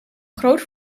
groot